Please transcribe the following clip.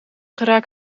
geraak